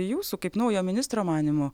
jūsų kaip naujo ministro manymu